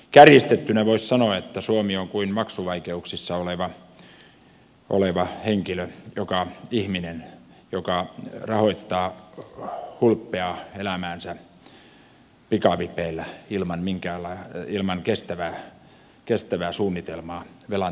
kärjistettynä voisi sanoa että suomi on kuin maksuvaikeuksissa oleva henkilö ihminen joka rahoittaa hulppeaa elämäänsä pikavipeillä ilman kestävää suunnitelmaa velan takaisinmaksusta